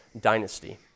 dynasty